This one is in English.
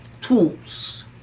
tools